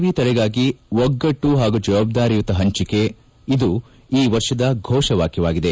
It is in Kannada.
ವಿ ತಡೆಗಾಗಿ ಒಗ್ಗಟ್ಟು ಹಾಗೂ ಜವಾಬ್ದಾರಿಯುತ ಪಂಚಿಕೆ ಇದು ಈ ವರ್ಷದ ಘೋಷ ವಾಕ್ಕವಾಗಿದೆ